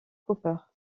cooper